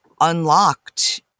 unlocked